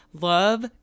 love